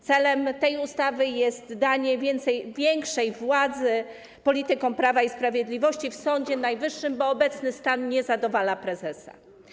Celem tej ustawy jest danie większej władzy politykom Prawa i Sprawiedliwości w Sądzie Najwyższym, bo obecny stan nie zadowala prezesa.